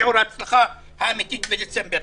שיעור ההצלחה האמיתי בדצמבר.